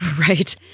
Right